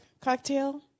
cocktail